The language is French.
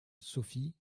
sophie